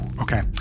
Okay